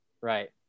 Right